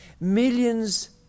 Millions